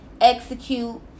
execute